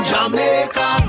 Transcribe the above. Jamaica